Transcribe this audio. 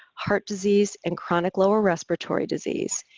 heart disease and chronic lower respiratory disease.